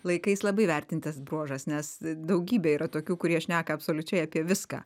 laikais labai vertintas bruožas nes daugybė yra tokių kurie šneka absoliučiai apie viską